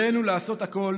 עלינו לעשות הכול